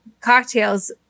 cocktails